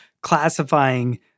classifying